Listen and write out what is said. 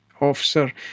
officer